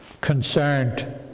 concerned